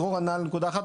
דרור ענה על נקודה אחת,